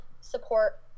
support